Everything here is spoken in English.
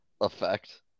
effect